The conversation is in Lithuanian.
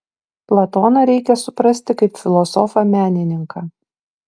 platoną reikia suprasti kaip filosofą menininką